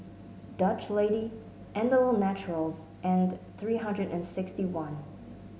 Dutch Lady Andalou Naturals and three hundred and sixty one